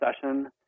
session